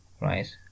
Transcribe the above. right